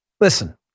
Listen